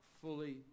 fully